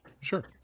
Sure